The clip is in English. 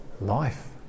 life